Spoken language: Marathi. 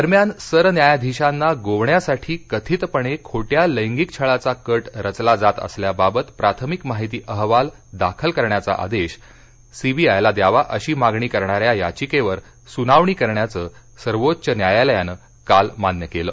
दरम्यान सरन्यायाधीशांना गोवण्यासाठी कथितपणे खोट्या लैंगिक छळाचा कट रचला जात असल्याबाबत प्राथमिक माहिती अहवाल दाखल करण्याचा आदेश सीबीआयला द्यावा अशी मागणी करणाऱ्या याचिकेवर सुनावणी करण्याचं सर्वोच्च न्यायालयानं काल मान्य केलं